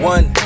One